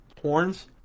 horns